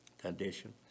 condition